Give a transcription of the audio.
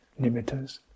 limiters